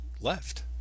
left